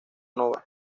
nova